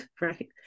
right